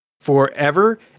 forever